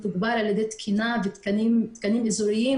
מתוגבר על ידי תקינה ותקנים אזוריים.